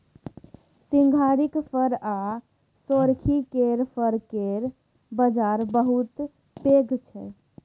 सिंघारिक फर आ सोरखी केर फर केर बजार बहुत पैघ छै